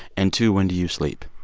and, two, when do you sleep.